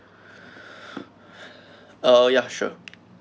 ah ya sure